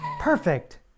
Perfect